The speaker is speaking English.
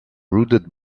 routed